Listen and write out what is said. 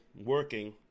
working